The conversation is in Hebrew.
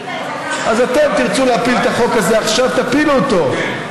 אז אתם תרצו להפיל את החוק הזה עכשיו, תפילו אותו.